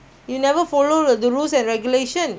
you never follow the rules and regulation